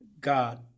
god